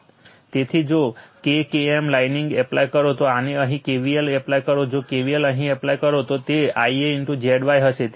તેથી જો K KM lining apply કરો તો આને અહીં KVL એપ્લાય કરો જો KVL અહીં એપ્લાય કરો તો તે Ia Zy હશે